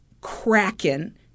Kraken